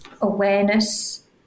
awareness